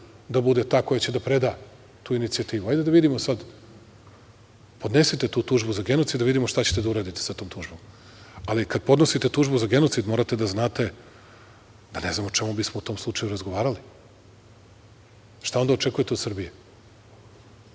da bude ta koja će da preda tu inicijativu. Hajde da vidimo sad, podnesite tu tužbu za genocid, da vidimo šta ćete da uradite sa tom tužbom, ali kad podnosite tužbu za genocid morate da znate da ne znam o čemu bismo u tom slučaju razgovarali. Šta onda očekujete od Srbije?